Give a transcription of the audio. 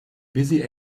busy